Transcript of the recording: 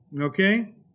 Okay